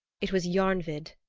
it was jarnvid,